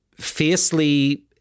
fiercely